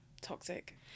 toxic